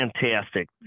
fantastic